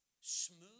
Smooth